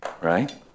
Right